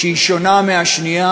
שהיא שונה מהשנייה,